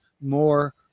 more